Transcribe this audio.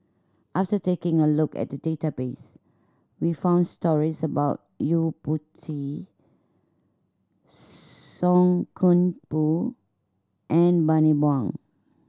after taking a look at the database we found stories about Yo Po Tee Song Koon Poh and Bani Buang